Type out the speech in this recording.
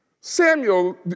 Samuel